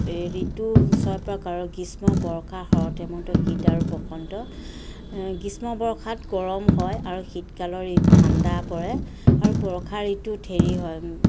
এই ঋতু ছয় প্ৰকাৰৰ গ্ৰীষ্ম বৰ্ষা শৰৎ হেমন্ত শীত আৰু বসন্ত গ্ৰীষ্ম বৰ্ষাত গৰম হয় আৰু শীতকালত ই ঠাণ্ডা পৰে আৰু বৰ্ষা ঋতুত হেৰি হয়